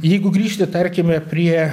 jeigu grįžti tarkime prie